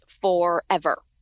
forever